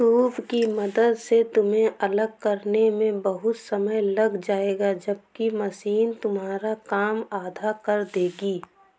soup की मदद से तुम्हें अलग करने में बहुत समय लग जाएगा जबकि मशीन तुम्हारा काम आधा कर देगी